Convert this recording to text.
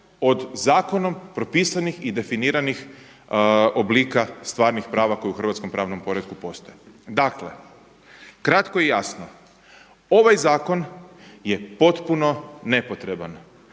od zakonom propisanih i definiranih oblika stvarnih prava koje u hrvatskom pravnom poretku postoje. Dakle, kratko i jasno, ovaj zakon je potpuno nepotreban